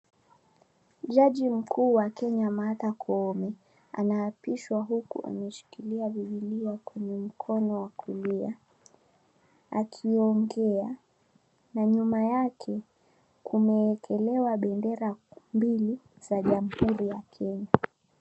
Jaji mkuu wa Kenya Martha Koome anaapishwa huku ameshikilia bibilia kwenye mkono wa kulia akiongea na nyuma yake kumewekelewa bendera mbili za jamhuri ya Kenya.